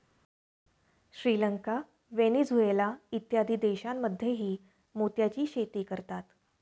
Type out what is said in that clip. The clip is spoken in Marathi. श्रीलंका, व्हेनेझुएला इत्यादी देशांमध्येही मोत्याची शेती करतात